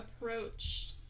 approach